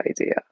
idea